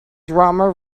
drama